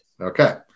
Okay